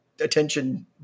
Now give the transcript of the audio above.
attention